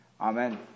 Amen